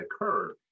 occurred